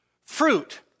fruit